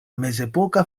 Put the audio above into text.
mezepoka